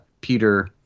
Peter